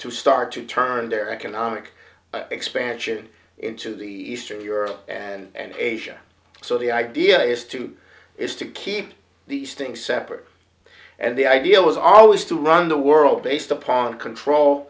to start to turn their economic expansion into the eastern europe and asia so the idea is to is to keep these things separate and the idea was always to run the world based upon control